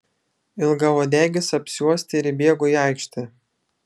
ilgauodegis apsiuostė ir įbėgo į aikštę